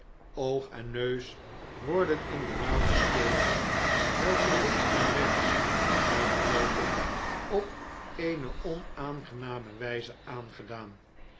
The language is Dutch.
oog en neus worden in de nauwe stegen welke links en rechts uitloopen op eene onaangename wijze aangedaan